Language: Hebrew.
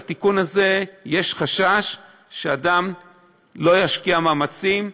יש חשש שאדם לא ישקיע מאמצים,